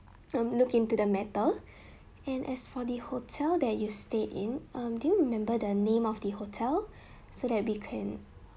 um look into the matter and as for the hotel that you stay in um do you remember the name of the hotel so that we can